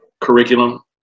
curriculum